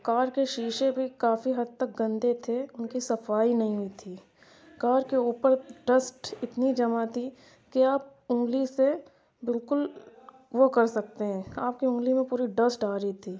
کار کے شیشے بھی کافی حد تک گندے تھے ان کی صفائی نہیں ہوئی تھی کار کے اوپر ڈسٹ اتنی جمع تھی کہ آپ انگلی سے بالکل وہ کر سکتے ہیں آپ کی انگلی میں پوری ڈسٹ آ رہی تھی